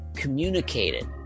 Communicated